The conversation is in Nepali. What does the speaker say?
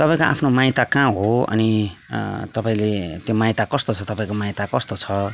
तपाईँको आफ्नो माइत कहाँ हो अनि तपाईँले त्यो माइत कस्तो छ तपाईँको माइत कस्तो छ